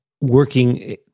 working